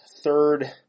third